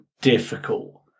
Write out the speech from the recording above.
difficult